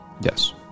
Yes